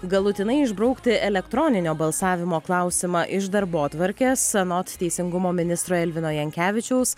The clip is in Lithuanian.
galutinai išbraukti elektroninio balsavimo klausimą iš darbotvarkės anot teisingumo ministro elvino jankevičiaus